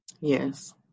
Yes